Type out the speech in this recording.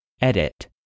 Edit